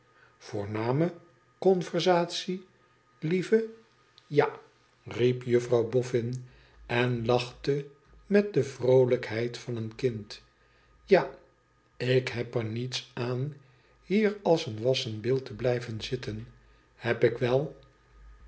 conversatie lieve ja riep juffrouw boffin en lachte met de vroolijkheid van een kind ja ik heb er niets aan hier als een wassen beeld te blijven zitten heb ik wel